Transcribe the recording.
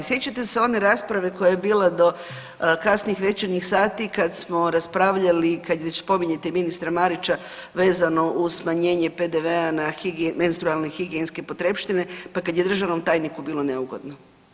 Sjećate se one rasprave koja je bila do kasnih večernjih sati kad smo raspravljali, kad već spominjete ministra Marića vezano uz smanjenje PDV-a na menstrualne higijenske potrepštine, pa kad je državnom tajniku bilo neugodno.